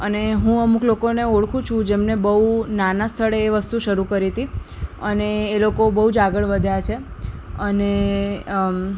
અને હું અમુક લોકોને ઓળખું છું જેમણે બહુ નાનાં સ્થળે એ વસ્તુ શરૂ કરી હતી અને એ લોકો બહુ જ આગળ વધ્યા છે અને